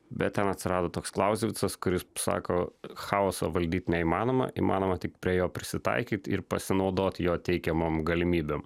bet ten atsirado toks klausvicas kuris sako chaoso valdyt neįmanoma įmanoma tik prie jo prisitaikyt ir pasinaudot jo teikiamom galimybėm